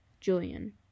Julian